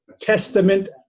Testament